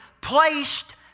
placed